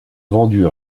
vendu